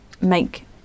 make